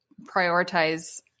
prioritize